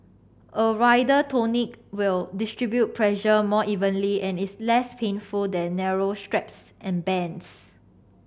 a wider tourniquet will distribute pressure more evenly and is less painful than narrow straps and bands